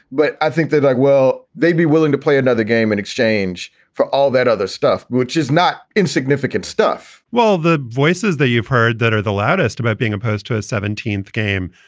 but i think they'd like well, they'd be willing to play another game in exchange for all that other stuff, which is not insignificant stuff well, the voices that you've heard that are the loudest about being opposed to a seventeenth game.